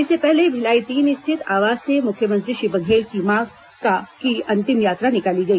इससे पहले भिलाई तीन स्थित आवास से मुख्यमंत्री श्री बघेल की मां की अंतिम यात्रा निकाली गई